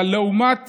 אבל לעומתם